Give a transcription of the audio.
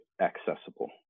accessible